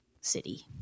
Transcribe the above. City